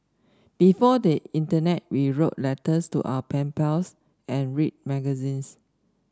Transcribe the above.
before the internet we wrote letters to our pen pals and read magazines